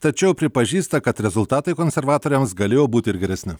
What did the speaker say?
tačiau pripažįsta kad rezultatai konservatoriams galėjo būti ir geresni